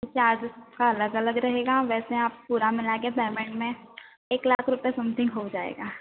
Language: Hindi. तो चार्ज उसका अलग अलग रहेगा वैसे आप पूरा मिला के पेमेंट में एक लाख रुपये समथिंग हो जाएगा